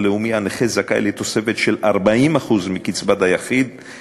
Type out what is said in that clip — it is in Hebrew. הנכה זכאי לתוספת של 40% מקצבת היחיד,